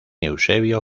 eusebio